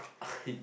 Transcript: he